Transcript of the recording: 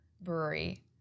brewery